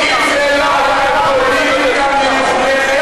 אם זו לא הייתה פוליטיקה מלוכלכת,